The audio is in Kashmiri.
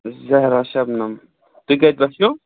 زہرا شبنَم تُہۍ کَتہِ پیٚٹھ چھِو